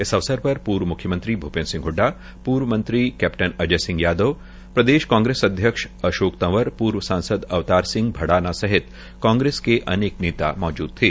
इस अवसर पर पूर्व म्ख्यमंत्री भूपेन्द्र सिंह हडा पूर्व मंत्री कैप्टन अजय सिंह यादव प्रदेश कांग्रेस अध्यक्ष अशोक तंवर पूर्व सांसद अवतार सिंह भडाना सहित कांग्रेस के अनेक नेता मौजूद थे